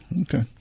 okay